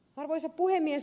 arvoisa puhemies